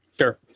Sure